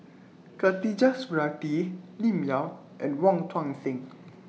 Khatijah Surattee Lim Yau and Wong Tuang Seng